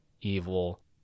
evil